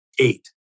eight